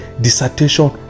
dissertation